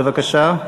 בבקשה.